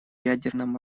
ядерном